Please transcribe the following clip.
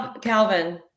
Calvin